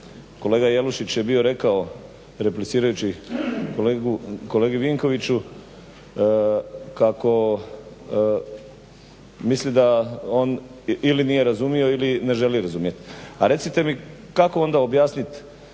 Kolega Jelušić je bio rekao replicirajući kolegi Vinkoviću kako misli da on ili nije razumio ili ne želi razumjeti. A recite mi kako onda objasnit